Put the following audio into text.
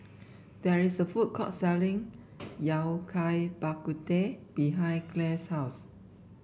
there is a food court selling Yao Cai Bak Kut Teh behind Clay's house